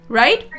right